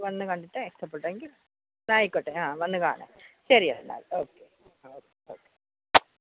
വന്ന് കണ്ടിട്ട് ഇഷ്ടപ്പെട്ടെങ്കിൽ ആയിക്കോട്ടെ വന്ന് ആ കാണൂ ശരി എന്നാൽ ഓക്കേ ആ ഓക്കേ